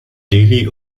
delhi